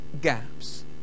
gaps